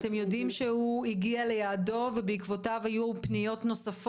מזהים איתו מה ההכשרה.